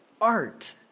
art